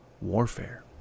warfare